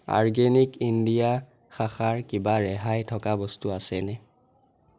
organic India শাখাৰ কিবা ৰেহাই থকা বস্তু আছেনে